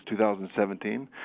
2017